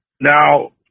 Now